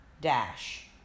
dash